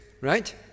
right